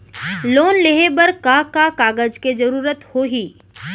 Loan लेहे बर का का कागज के जरूरत होही?